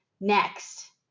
next